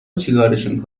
چیکارشون